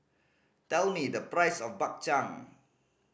tell me the price of Bak Chang